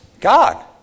God